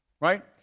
right